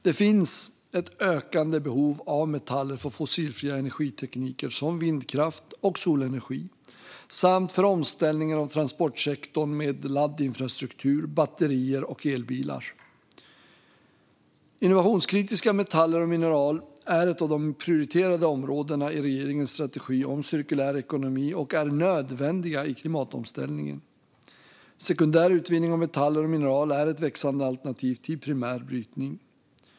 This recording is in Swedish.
Det finns ett ökande behov av metaller för fossilfria energitekniker som vindkraft och solenergi, samt för omställningen av transportsektorn med laddinfrastruktur, batterier och elbilar. Innovationskritiska metaller och mineral är ett av de prioriterade områdena i regeringens strategi om cirkulär ekonomi och är nödvändiga i klimatomställningen. Sekundär utvinning av metaller och mineral är ett växande alternativ till primär brytning.